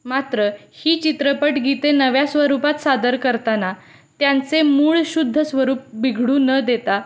मात्र ही चित्रपट गीते नव्या स्वरूपात सादर करताना त्यांचे मूळ शुद्ध स्वरूप बिघडू न देता